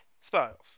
Styles